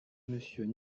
monsieur